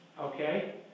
Okay